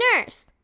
nurse